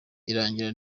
irangira